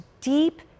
deep